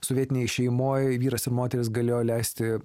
sovietinėj šeimoj vyras ir moteris galėjo leisti